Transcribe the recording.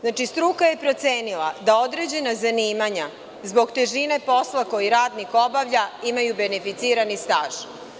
Znači struka je procenila da određena zanimanja zbog težine posla koji radnik obavlja imaju beneficirani staž.